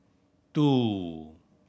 two